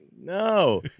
no